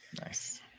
Nice